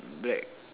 but